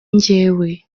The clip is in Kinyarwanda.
njyewe